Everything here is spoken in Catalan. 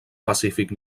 pacífic